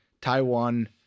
Taiwan